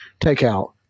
takeout